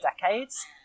decades